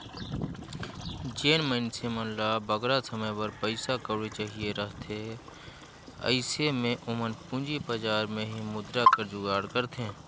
जेन मइनसे मन ल बगरा समे बर पइसा कउड़ी चाहिए रहथे अइसे में ओमन पूंजी बजार में ही मुद्रा कर जुगाड़ करथे